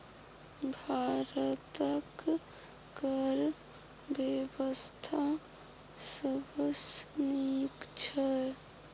भारतक कर बेबस्था सबसँ नीक छै